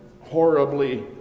horribly